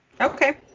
Okay